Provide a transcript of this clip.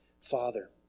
Father